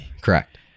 Correct